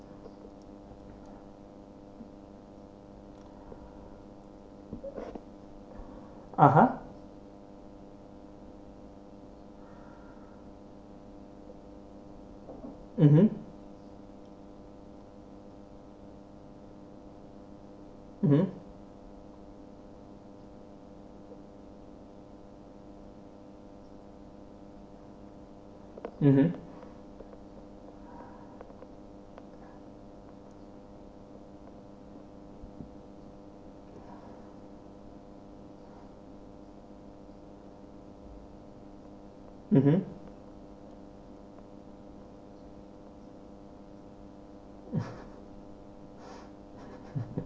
a'ah mmhmm